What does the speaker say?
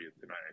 tonight